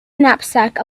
knapsack